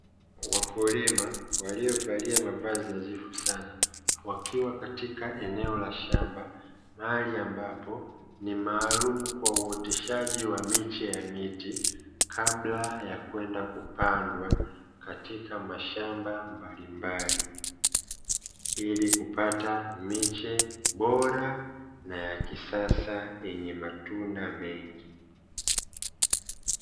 Wakulima waliovalia mavazi nadhifu sana, wakiwa katika eneo la shamba mahali ambapo ni maalumu kwa uoteshaji wa miche ya miti kabla ya kwenda kupandwa katika mashamba mbalimbali, ili kupata miche bora na ya kisasa yenye matunda mengi.